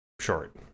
short